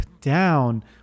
down